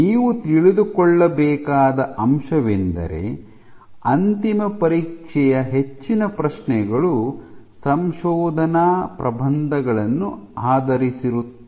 ನೀವು ತಿಳಿದುಕೊಳ್ಳಬೇಕಾದ ಅಂಶವೆಂದರೆ ಅಂತಿಮ ಪರೀಕ್ಷೆಯ ಹೆಚ್ಚಿನ ಪ್ರಶ್ನೆಗಳು ಸಂಶೋಧನಾ ಪ್ರಬಂಧಗಳನ್ನು ಆಧರಿಸಿರುತ್ತವೆ